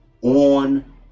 On